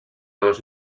dos